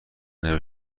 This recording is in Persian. نوشته